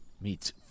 Meets